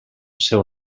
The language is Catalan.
seu